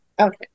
Okay